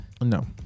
No